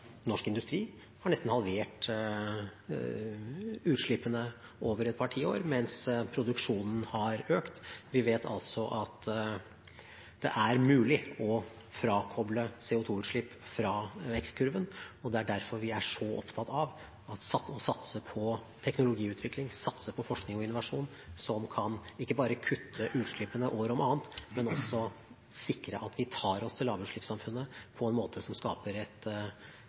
norsk industri nesten har halvert utslippene over et par tiår, mens produksjonen har økt. Vi vet altså at det er mulig å frakoble CO2-utslipp fra vekstkurven, og det er derfor vi er så opptatt av å satse på teknologiutvikling, satse på forskning og innovasjon som kan ikke bare kutte utslippene år om annet, men også sikre at vi tar oss til lavutslippssamfunnet på en måte som skaper et